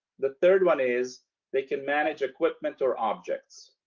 the third one is they can manage equipment or objects.